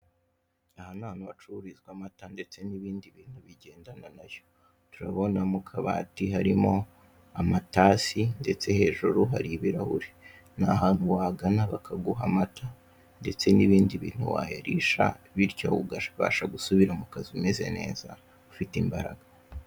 Aha ni ahantu hacururizwa amata ndetse n'ibindi buntu bigendana na yo. Turabona mu kabati harimo amatasi, ndetse hejuru hari ibirahure. Ni ahantu wagana bakaguha amata ndetse n'ibindi bintu wayarisha, bityo ukabasha gusubira mu kazi umeze neza, ufite imbaraga.